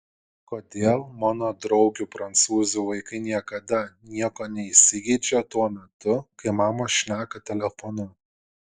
kodėl mano draugių prancūzių vaikai niekada nieko neįsigeidžia tuo metu kai mamos šneka telefonu